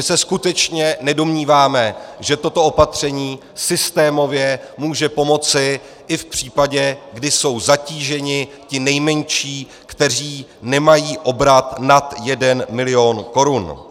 My se skutečně nedomníváme, že toto opatření systémově může pomoci i v případě, kdy jsou zatíženi ti nejmenší, kteří nemají obrat nad jeden milion korun.